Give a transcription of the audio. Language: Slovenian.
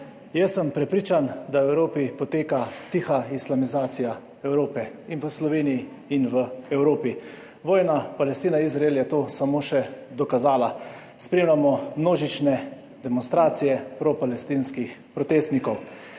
Jaz sem prepričan, da v Evropi poteka tiha islamizacija Evrope in v Sloveniji in v Evropi. Vojna Palestina - Izrael je to samo še dokazala. Spremljamo množične demonstracije propalestinskih protestnikov.